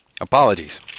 Apologies